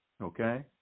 Okay